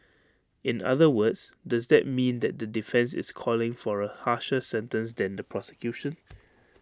in other words does that mean that the defence is calling for A harsher sentence than the prosecution